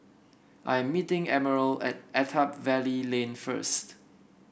I am meeting Emerald at Attap Valley Lane first